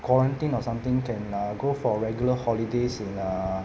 quarantine or something can err go for regular holidays in err